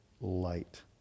light